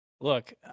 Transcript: Look